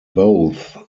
both